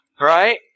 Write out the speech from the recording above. Right